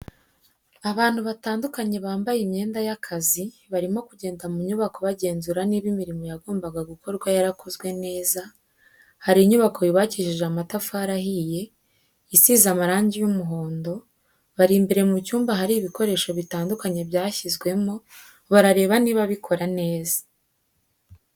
Abantu batandukanye bambaye imyenda y'akazi, barimo kugenda mu nyubako bagenzura niba imirimo yagombaga gukorwa yarakozwe neza, hari inyubako yubakishije amatafari ahiye, isize amarangi y'umuhondo, bari imbere mu cyumba ahari ibikoresho bitandukanye byashyizwemo, barareba niba bikora neza.